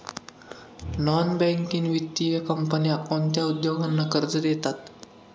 Non banking वित्तीय कंपन्या कोणत्या उद्योगांना कर्ज देतात?